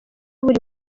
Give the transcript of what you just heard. buri